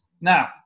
Now